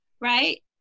right